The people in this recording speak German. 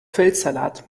feldsalat